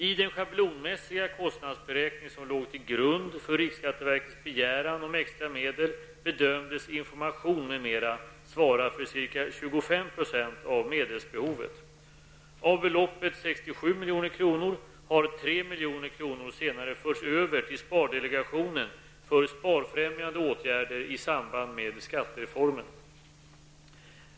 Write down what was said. I den schablonmässiga kostnadsberäkning som låg till grund för riksskatteverkets begäran om extra medel bedömdes information m.m. svara för ca 25 % av medelsbehovet. Av beloppet 67 milj.kr. har 3 milj.kr. senare förts över till spardelegationen för sparfrämjande åtgärder i samband med skattereformen.